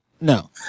no